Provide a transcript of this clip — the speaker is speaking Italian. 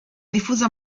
diffusa